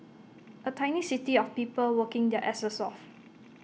A tiny city of people working their asses off